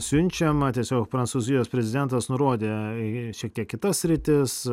siunčiama tiesiog prancūzijos prezidentas nurodė šiek tiek kita sritis